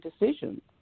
decisions